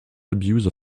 abuse